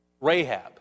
Rahab